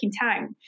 time